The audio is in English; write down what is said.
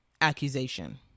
accusation